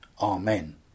Amen